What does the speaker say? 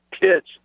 kids